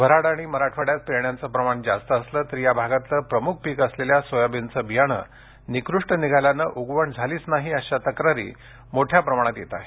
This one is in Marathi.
वऱ्हाड आणि मराठवाड्यात पेरण्यांचं प्रमाण जास्त असलं तरी या भागातलं प्रमूख पिक असलेल्या सोयाबीनचं बियाणं निकृष्ट निघाल्यानं उगवण झालीच नाही अशा तक्रारी मोठ्या प्रमाणात येत आहेत